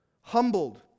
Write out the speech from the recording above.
humbled